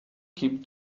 keep